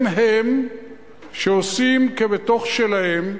הם הם שעושים כבתוך שלהם,